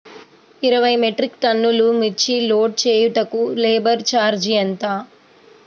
ఇరవై మెట్రిక్ టన్నులు మిర్చి లోడ్ చేయుటకు లేబర్ ఛార్జ్ ఎంత?